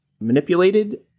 manipulated